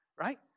Right